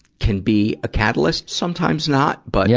can be a catalyst, sometimes not. but, yeah